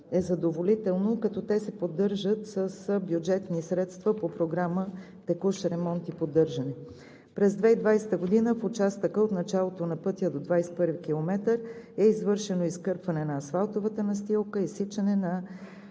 е задоволително, като те се поддържат с бюджетни средства по програма „Текущ ремонт и поддържане“. През 2020 г. в участъка от началото на пътя до км 21 е извършено изкърпване на асфалтовата настилка, изсичане на